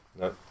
No